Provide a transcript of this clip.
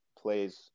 plays